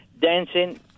dancing